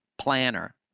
planner